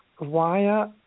Via